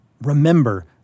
remember